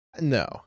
no